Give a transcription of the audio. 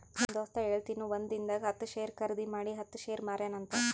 ನಮ್ ದೋಸ್ತ ಹೇಳತಿನು ಒಂದಿಂದಾಗ ಹತ್ತ್ ಶೇರ್ ಖರ್ದಿ ಮಾಡಿ ಹತ್ತ್ ಶೇರ್ ಮಾರ್ಯಾನ ಅಂತ್